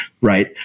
right